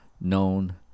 known